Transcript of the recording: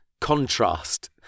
contrast